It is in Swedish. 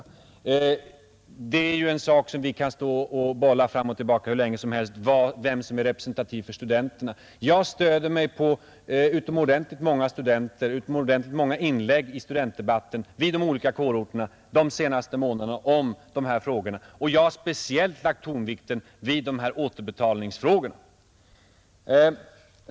Vem som är representativ för studenterna är ju en fråga som vi kan bolla fram och tillbaka hur länge som helst. Jag stöder mig på utomordentligt många studenter och utomordentligt många inlägg i studentdebatten vid de olika kårorterna de senaste månaderna, och jag har speciellt lagt tonvikten vid de här återbetalningsfrågorna.